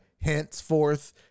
henceforth